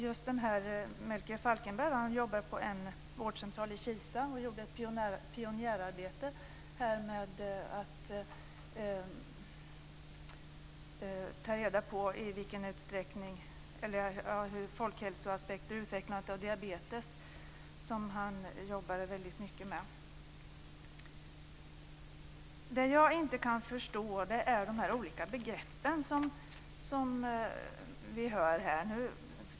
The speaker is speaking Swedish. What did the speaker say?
Docent Melker Falkenberg jobbar på en vårdcentral i Kisa och har gjort ett pionjärarbete ur folkhälsoaspekt när det gäller diabetes. Vad jag inte kan förstå är de olika begrepp som förekommer.